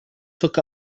took